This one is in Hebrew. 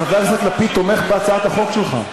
חבר הכנסת לפיד תומך בהצעת החוק שלך.